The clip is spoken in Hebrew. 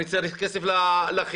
אני צריך כסף לחינוך,